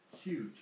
Huge